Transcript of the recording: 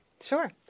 Sure